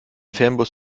fernbus